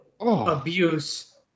Abuse